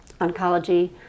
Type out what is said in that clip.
oncology